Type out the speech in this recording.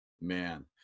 Man